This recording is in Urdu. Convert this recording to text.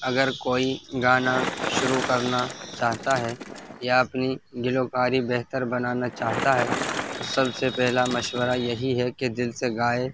اگر کوئی گانا شروع کرنا چاہتا ہے یا اپنی گلوکاری بہتر بنانا چاہتا ہے تو سب سے پہلا مشورہ یہی ہے کہ دل سے گائے